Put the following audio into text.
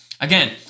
Again